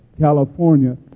California